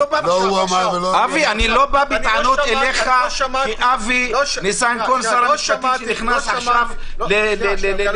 לא שמעתי טענות בתקופת אילת שקד - מה